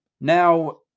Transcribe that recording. Now